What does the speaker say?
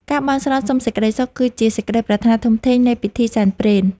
ការបន់ស្រន់សុំសេចក្ដីសុខ គឺជាសេចក្ដីប្រាថ្នាធំធេងនៃពិធីសែនព្រេន។